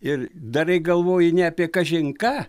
ir darai galvoji ne apie kažin ką